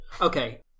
Okay